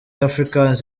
africans